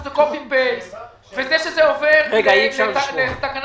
אני רוצה להודות לכל